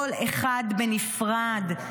כל אחד בנפרד,